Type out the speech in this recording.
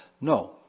No